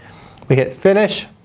we hit finish.